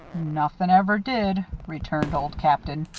nothin' ever did, returned old captain.